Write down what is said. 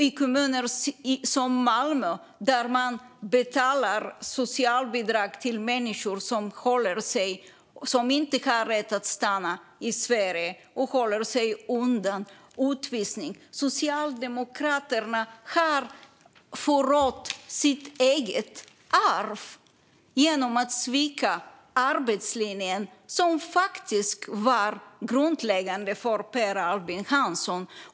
I till exempel Malmö betalar man ut socialbidrag till människor som inte har rätt att stanna i Sverige och håller sig undan utvisning. Socialdemokraterna har förrått sitt eget arv genom att svika arbetslinjen, som faktiskt var grundläggande för Per Albin Hansson.